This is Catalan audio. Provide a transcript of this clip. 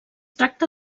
tracta